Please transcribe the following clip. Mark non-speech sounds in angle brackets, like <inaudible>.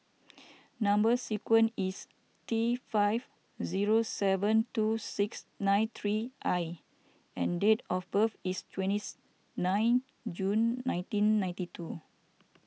<noise> Number Sequence is T five zero seven two six nine three I and date of birth is twentieth nine June nineteen ninety two